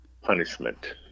punishment